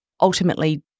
ultimately